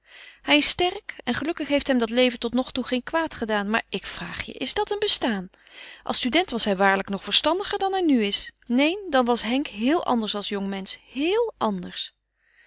hij is sterk en gelukkig heeft hem dat leven totnogtoe geen kwaad gedaan maar ik vraag je is dat een bestaan als student was hij waarlijk nog verstandiger dan hij nu is neen dan was henk heel anders als jongmensch heel anders